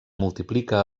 multiplica